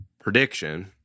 prediction